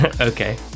Okay